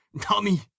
Tommy